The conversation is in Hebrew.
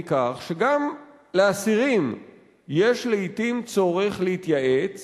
מכך שגם לאסירים יש לעתים צורך להתייעץ